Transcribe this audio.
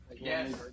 yes